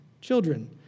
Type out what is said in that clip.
children